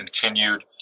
continued